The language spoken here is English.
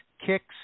Kicks